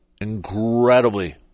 incredibly